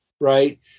right